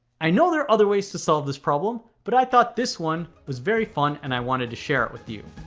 i know there are other ways to solve this problem, but i thought this one was very fun, and i wanted to share it with you.